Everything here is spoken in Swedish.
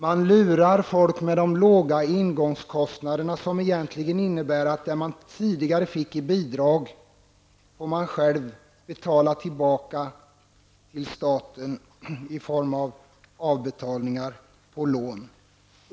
Man lurar folk med de låga ingångskostnaderna, som egentligen innebär att det låntagaren tidigare fick i bidrag nu skall betalas tillbaka till staten i form av avbetalningar på lån.